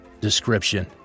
Description